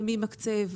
ומי מקצה,